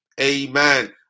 amen